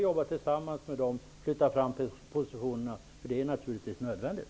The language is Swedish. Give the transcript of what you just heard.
Då kan vi flytta fram positionerna, vilket naturligtvis är nödvändigt.